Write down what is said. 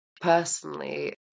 personally